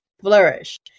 flourish